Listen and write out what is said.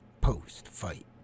post-fight